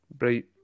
Right